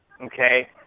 okay